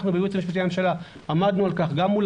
אנחנו בייעוץ המשפטי לממשלה עמדנו על כך גם מול